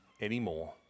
anymore